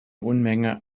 unmenge